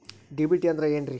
DBT ಅಂದ್ರ ಏನ್ರಿ?